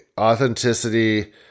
authenticity